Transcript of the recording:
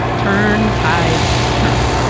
turn, tide, turn.